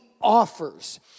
offers